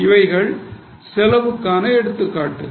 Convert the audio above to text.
இவைகள் செலவுக்கான எடுத்துக்காட்டுகள்